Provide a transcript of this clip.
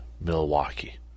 Milwaukee